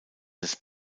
des